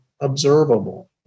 observable